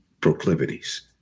proclivities